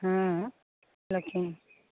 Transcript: हँ लेकिन